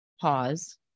pause